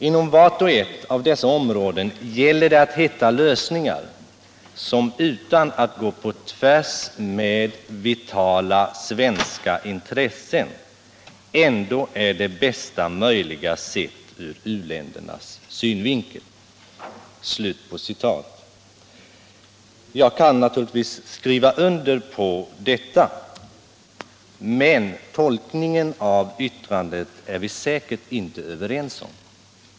Inom vart och ett av dessa områden gäller det att hitta lösningar som utan att gå på tvärs med vitala svenska intressen ändå är det bästa möjliga sett ur u-ländernas synvinkel. Jag kan naturligtvis skriva under detta. Men tolkningen av yttrandet är vi säkert inte överens om.